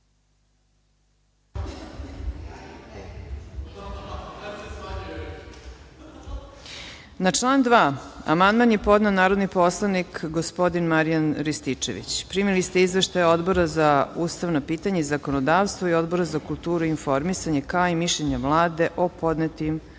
Na član 2. amandman je podneo narodni poslanik gospodin Marijan Rističević. Primili ste izveštaje Odbora za ustavna pitanja i zakonodavstvo i Odbora za kulturu i informisanje, kao i mišljenje Vlade o podnetim amandmanima. Reč